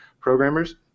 programmers